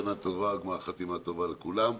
שנה טובה, גמר חתימה טובה לכולם.